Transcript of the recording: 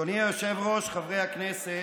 אדוני היושב-ראש, חברי הכנסת,